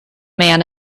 man